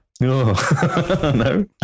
no